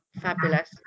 fabulous